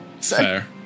Fair